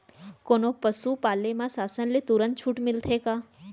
कोनो पसु पाले म शासन ले तुरंत छूट मिलथे का?